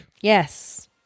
Yes